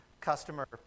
customer